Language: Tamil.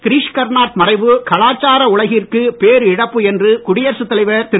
கிரீஷ் கர்னார்ட் மறைவு கலாச்சார உலகிற்கு பேரிழப்பு என்று குடியரசுத் தலைவர் திரு